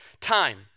time